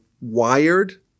wired